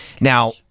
Now